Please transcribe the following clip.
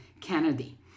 Kennedy